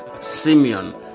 Simeon